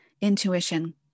intuition